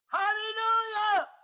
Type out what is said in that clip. Hallelujah